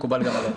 מקובל גם עלינו.